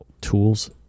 Tools